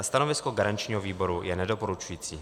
Stanovisko garančního výboru je nedoporučující.